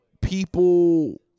people